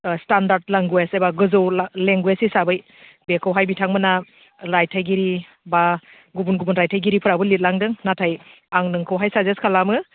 standard language एबा गोजौ language हिसाबै बेखौहाय बिथांमोना रायथायगिरि बा गुबुन गुबुन रायथायगिरिफोराबो लिरलांदों नाथाय आं नोंखौहाय साजेस्ट खालामो